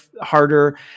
harder